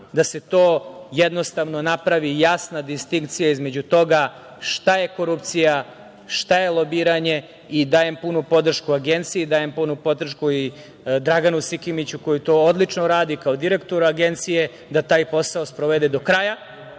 da se to jednostavno napravi jasna distinkcija između toga šta je korupcija, šta je lobiranje. Dajem punu podršku Agenciji, dajem punu podršku i Draganu Sikimiću koji to odlično radi i kao direktoru Agencije, da taj posao sprovede do kraja,